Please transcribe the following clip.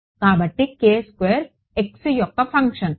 కాబట్టి x యొక్క function